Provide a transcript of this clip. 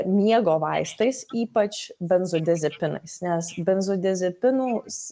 miego vaistais ypač benzodiazepinais nes benzodiazepinus